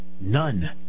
none